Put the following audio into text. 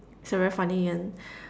it's a very funny one